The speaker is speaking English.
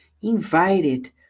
invited